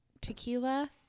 tequila